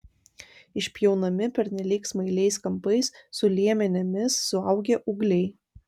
išpjaunami pernelyg smailiais kampais su liemenimis suaugę ūgliai